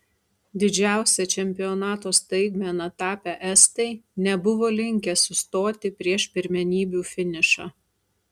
didžiausia čempionato staigmena tapę estai nebuvo linkę sustoti prieš pirmenybių finišą